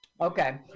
okay